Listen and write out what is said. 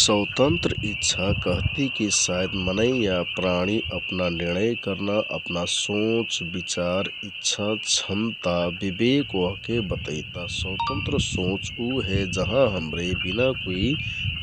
स्वतन्त्र इच्छा कहति की साइत मनै या प्राणी अपना निर्णय करना, अपना सोंच, विचार, इच्छा, क्षमता, विवेक वहके बतैता । स्वतन्त्रत सोंच उ हे जहाँ हमरे बिना कुइ